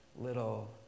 little